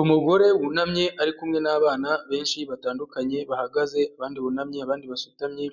Umugore wunamye ari kumwe n'abana benshi batandukanye bahagaze abandi bunamye abandi basutamye,